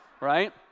right